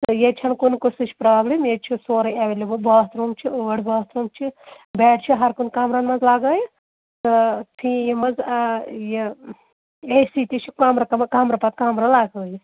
تہٕ ییٚتہِ چھَنہٕ کُنہِ قٕسٕچ پرابلِم ییٚتہِ چھُ سورُے ایٚولیبٕل باتھ روٗم چھِ ٲٹھ باتھ روٗم چھِ بیٚڈ چھِ ہر کُنہِ کَمرَن منٛز لَگٲیِتھ تہٕ فی یِم حظ یہِ اے سی تہِ چھِ کَمرٕ کَمرٕ پَتہٕ کَمرٕ لَگٲیِتھ